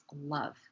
love